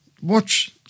watch